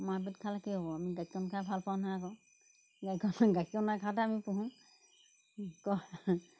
মাৰপিত খালে কি হ'ব আমি গাখীৰকণ খাই ভাল পাওঁ নহয় আকৌ গাখীৰকণ গাখীৰকণৰ আশাতে আমি পোহোঁ ৰাক্ষস নহয়